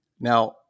Now